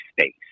space